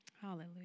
Hallelujah